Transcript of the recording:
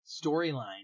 storyline